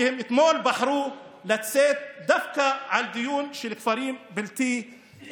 כי הם אתמול בחרו לצאת דווקא בדיון של כפרים בלתי-מוכרים.